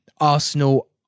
Arsenal